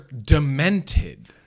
demented